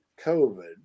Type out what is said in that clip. COVID